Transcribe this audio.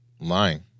lying